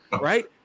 right